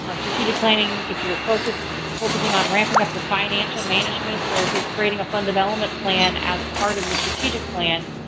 strategic planning if you're focusing focusing on ramping up your financial management or if you're creating a fund development plan as part of your strategic plan.